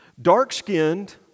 dark-skinned